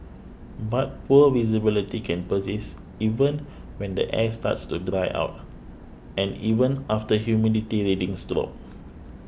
but poor visibility can persist even when the air starts to dry out and even after humidity readings drop